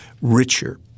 richer